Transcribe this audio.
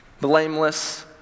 blameless